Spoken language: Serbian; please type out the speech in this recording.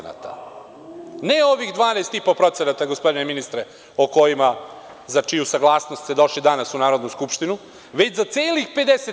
Ne ovih 12,5% gospodine ministre za čiju saglasnost ste došli danas u Narodnu skupštinu, već za celih 50%